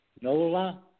Nola